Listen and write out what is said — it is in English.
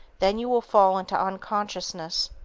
then you will fall into unconsciousness.